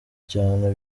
cyane